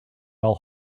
all